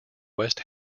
west